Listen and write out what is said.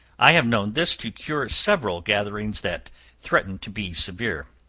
i have known this to cure several gatherings that threatened to be severe.